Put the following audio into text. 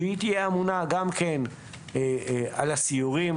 שהיא תהיה אמונה גם כן על הסיורים.